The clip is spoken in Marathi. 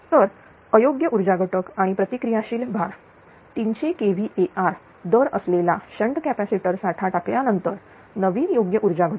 तर अयोग्य ऊर्जा घटक आणि प्रतिक्रिया शील भार 300 kVAr दर असलेला शंट कॅपॅसिटर साठा टाकल्यानंतर नवीन योग्य ऊर्जा घटक